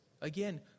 again